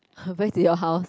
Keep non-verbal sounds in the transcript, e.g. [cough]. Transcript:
[noise] back to your house